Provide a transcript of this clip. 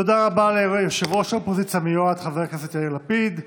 תודה רבה ליושב-ראש האופוזיציה המיועד חבר הכנסת יאיר לפיד.